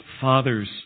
fathers